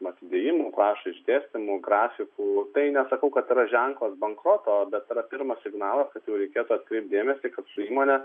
atidėjimų prašo išdėstymų grafikų tai nesakau kad yra ženklas bankroto bet yra pirmas signalas kad jau reikėtų atkreipt dėmesį kad su įmone